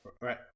Right